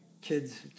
kids